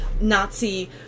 Nazi